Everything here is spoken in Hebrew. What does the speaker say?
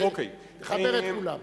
חבר את כולם.